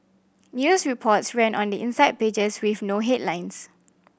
news reports ran on the inside pages with no headlines